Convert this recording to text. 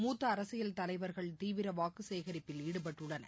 முத்தஅரசியல் தலைவர்கள் தீவிரவாக்குசேகரிப்பில் ஈடுபட்டுள்ளனர்